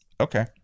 Okay